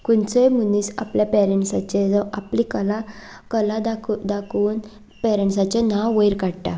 खंयचोय मनीस आपल्या पॅरंन्सांचें जावं आपली कला कला दाखोवन दाखोवन पेरंन्सांचें नांव वयर काडटा